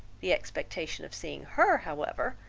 the expectation of seeing her, however,